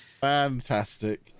Fantastic